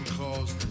cause